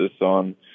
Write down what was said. on